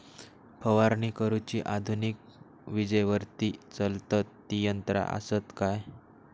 फवारणी करुची आधुनिक विजेवरती चलतत ती यंत्रा आसत काय?